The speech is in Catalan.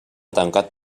tancat